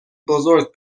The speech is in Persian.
بزرگ